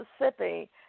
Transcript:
Mississippi